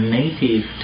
native